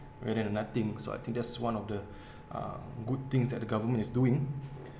rather than nothing so I think there's one of the uh good things that the government is doing